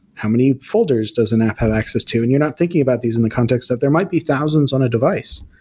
how many folders does an app have access to? and you're not thinking about these in the context of there might be thousands on a device.